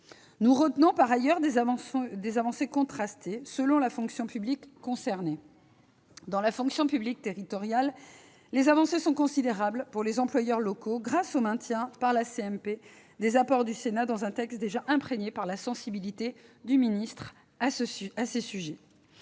Nous retenons par ailleurs des avancées contrastées selon la fonction publique concernée. Dans la fonction publique territoriale, les avancées sont considérables pour les employeurs locaux, grâce au maintien par la CMP des apports du Sénat dans un texte déjà imprégné de la sensibilité du secrétaire d'État à ces sujets.